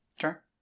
Sure